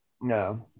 No